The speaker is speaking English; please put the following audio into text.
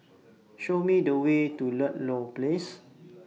Show Me The Way to Ludlow Place